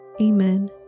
Amen